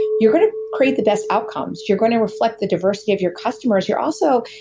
you're going to create the best outcomes. you're going to reflect the diversity of your customers you're also,